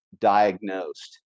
diagnosed